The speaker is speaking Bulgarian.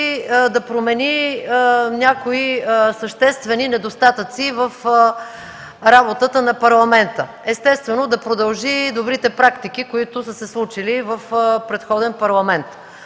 да промени някои съществени недостатъци в работата на Парламента, естествено да продължи добрите практики, които са се случили в предходен Парламент.